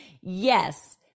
Yes